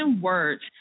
words